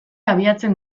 abiatzen